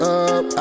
up